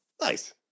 nice